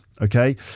Okay